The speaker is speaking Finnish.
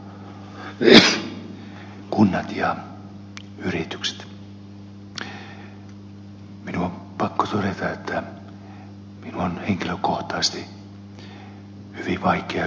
minun on pakko todeta että minun on henkilökohtaisesti hyvin vaikea hyväksyä valtion tukea valtiolle